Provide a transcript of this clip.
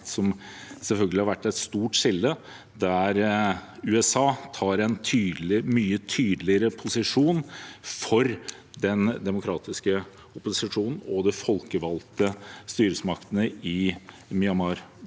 som selvfølgelig har vært et stort skille der USA tar en mye tydeligere posisjon for den demokratiske opposisjonen og de folkevalgte styresmaktene i Myanmar.